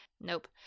nope